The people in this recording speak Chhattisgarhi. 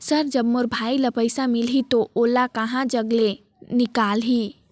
सर जब मोर भाई के पइसा मिलही तो ओला कहा जग ले निकालिही?